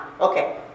Okay